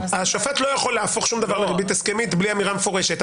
השופט לא יכול להפוך שום דבר לריבית הסכמית בלי אמירה מפורשת.